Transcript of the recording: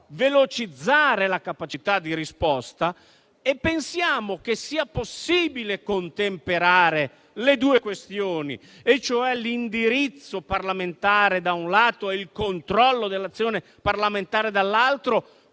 velocizzare la capacità di risposta. Pensiamo che sia possibile contemperare le due questioni - l'indirizzo parlamentare, da un lato, e il controllo dell'azione parlamentare, dall'altro